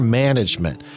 management